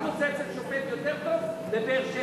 אני רוצה אצל שופט יותר טוב בבאר-שבע,